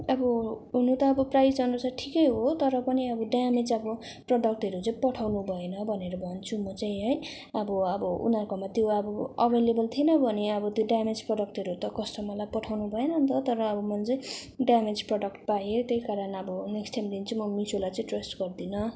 अब हुनु त अब प्राइसअनुसार ठिकै हो तर पनि अब ड्यामेज अब प्रडक्टहरू चाहिँ पठाउनु भएन भनेर भन्छु म चाहिँ है अब अब उनीहरूकोमा त्यो अब एभाइलेबल थिएन भने अब त्यो ड्यामेज प्रडक्टहरू त कस्टमरलाई पठाउनु भएन नि त तर अब मैले चाहिँ ड्यामेज प्रडक्ट पाएँ त्यही कारण अब नेक्स्ट टाइमदेखि चाहिँ म मिसोलाई चाहिँ ट्र्स्ट गर्दिनँ